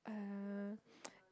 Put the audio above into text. uh